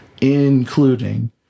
Including